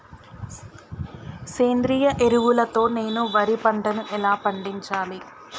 సేంద్రీయ ఎరువుల తో నేను వరి పంటను ఎలా పండించాలి?